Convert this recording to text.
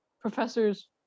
professors